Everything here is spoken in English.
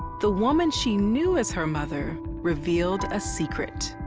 the woman she knew as her mother revealed a secret.